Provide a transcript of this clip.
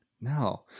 No